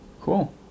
Cool